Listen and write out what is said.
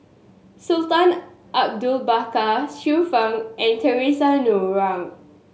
Sultan Abu Bakar Xiu Fang and Theresa Noronha